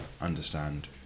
understand